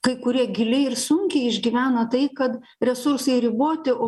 kai kurie giliai ir sunkiai išgyvena tai kad resursai riboti o